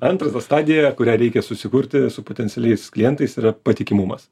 antra ta stadija kurią reikia susikurti su potencialiais klientais yra patikimumas